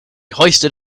hoisted